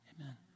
Amen